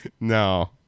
No